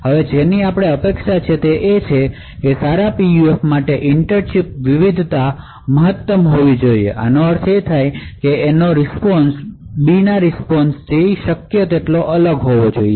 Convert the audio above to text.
હવે જેની અપેક્ષા છે તે એ છે કે સારા PUF માટે ઇન્ટર ચિપ વિવિધતા મહત્તમ હોવી જોઈએ આનો અર્થ એ છે કે Aનો રીસ્પોન્શ Bના રીસ્પોન્શથી શક્ય તેટલો અલગ હોવો જોઈએ